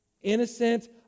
Innocent